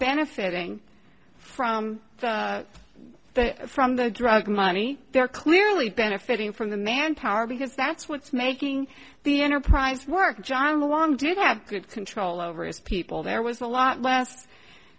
benefiting from the from the drug money they're clearly benefiting from the manpower because that's what's making the enterprise work john long did have good control over its people there was a lot less